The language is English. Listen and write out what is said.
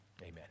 amen